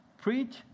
Preach